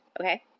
Okay